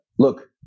look